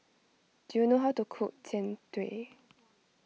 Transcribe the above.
do you know how to cook Jian Dui